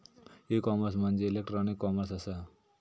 E commerce म्हणजे electronic commerce असा